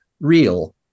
real